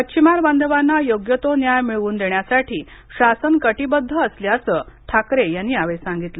मच्छिमार बांधवांना योग्य तो न्याय मिळवून देण्यासाठी शासन कटिबद्ध असल्याचं ठाकरे यांनी यावेळी सांगितलं